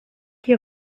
qui